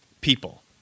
people